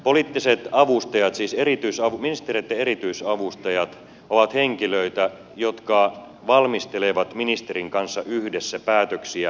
poliittiset avustajat siis ministereitten erityisavustajat ovat henkilöitä jotka valmistelevat ministerin kanssa yhdessä päätöksiä virkamiesten kanssa